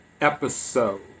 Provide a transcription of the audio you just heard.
episode